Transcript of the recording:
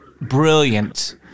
brilliant